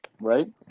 right